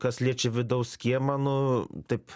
kas liečia vidaus kiemą nu taip